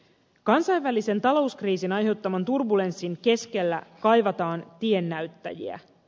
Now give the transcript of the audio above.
kansainvälisen talouskriisin aiheuttaman turbulenssin keskellä kaivataan tiennäyttäjiä